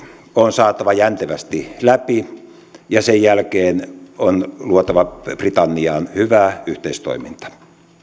on saatava jäntevästi läpi ja sen jälkeen on luotava britanniaan hyvä yhteistoiminta loppujen